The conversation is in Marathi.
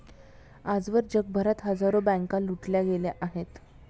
आजवर जगभरात हजारो बँका लुटल्या गेल्या आहेत